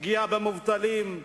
פגיעה במובטלים,